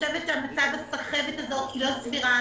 הסחבת לא סבירה.